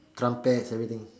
trumpets everything